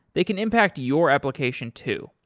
they can impact your application too.